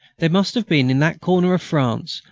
there must have been in that corner of france,